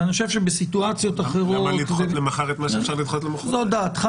כי אני חושב שבסיטואציות אחרות --- זו דעתך.